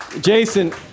Jason